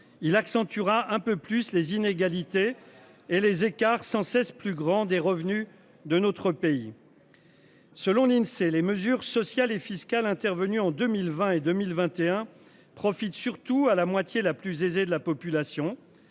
il accentuera un peu plus les inégalités et les écarts sans cesse plus grand des revenus de notre pays.-- Selon l'Insee, les mesures sociales et fiscales intervenues en 2020 et 2021, profite surtout à la moitié la plus aisée de la population.